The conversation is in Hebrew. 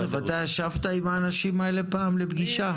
אתה ישבת עם האנשים האלה פעם לפגישה?